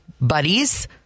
buddies